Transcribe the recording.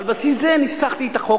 ועל בסיס זה ניסחתי את החוק,